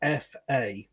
fa